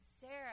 Sarah